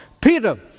Peter